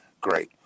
Great